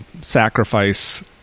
sacrifice